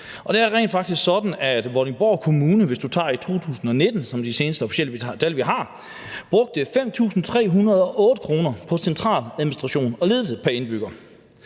det er rent faktisk sådan, at Vordingborg Kommune, hvis man tager 2019, hvorfra vi har de seneste officielle tal, brugte 5.308 kr. på centraladministration og ledelse pr. indbygger.